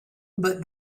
but